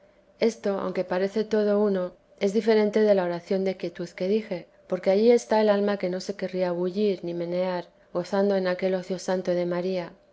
esto aunque parece todo uno es diferente de la oración de quietud que dije porque allí está el alma que no se querría bullir ni menear gozando en aquel ocio santo de maría